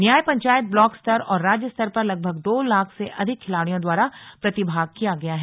न्यायपंचायत block स्तर और राज्य स्तर पर लगभग दो लाख से अधिक खिलाड़ियों द्वारा प्रतिभाग किया गया है